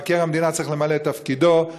מבקר המדינה צריך למלא את תפקידו,